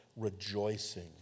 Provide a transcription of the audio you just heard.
rejoicing